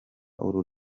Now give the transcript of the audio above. uru